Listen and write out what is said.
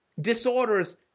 disorders